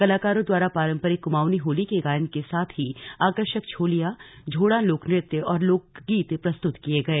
कलाकारों द्वारा पारम्परिक कुमाउनी होली के गायन के साथ ही आकर्षक छोलिया झोड़ा लोकनृत्य और लोकगीत प्रस्तुत किए गए